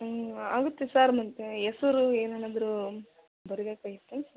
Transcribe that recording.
ಹ್ಞೂ ಆಗುತ್ತೆ ಸರ್ ಮತ್ತು ಹೆಸರು ಏನೇನಾದರೂ ಬರಿಬೇಕಾಗಿತ್ತ